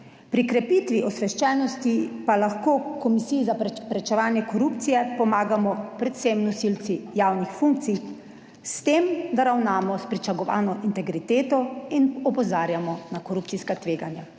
Pri krepitvi osveščenosti pa lahko Komisiji za preprečevanje korupcije pomagamo predvsem nosilci javnih funkcij s tem, da ravnamo s pričakovano integriteto in opozarjamo na korupcijska tveganja.